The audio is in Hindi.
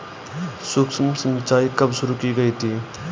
सूक्ष्म सिंचाई कब शुरू की गई थी?